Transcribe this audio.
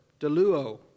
deluo